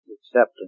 acceptance